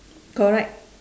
correct